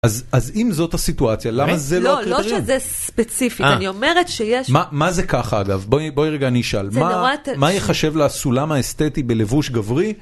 אז אם זאת הסיטואציה, למה זה לא כדאי? לא, לא שזה ספציפית, אני אומרת שיש... מה זה ככה אגב? בואי רגע נשאל.זה נורא תלוי.. מה יחשב לסולם האסתטי בלבוש גברי?